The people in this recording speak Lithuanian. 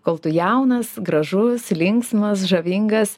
kol tu jaunas gražus linksmas žavingas